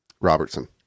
Robertson